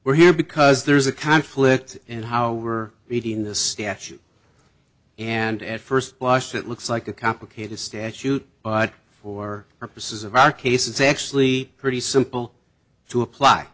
we're here because there's a conflict in how we're reading the statute and at first blush it looks like a complicated statute but for purposes of our case it's actually pretty simple to apply